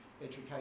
education